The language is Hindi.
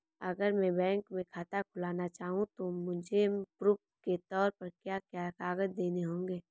अगर मैं बैंक में खाता खुलाना चाहूं तो मुझे प्रूफ़ के तौर पर क्या क्या कागज़ देने होंगे?